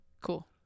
Cool